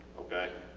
okay?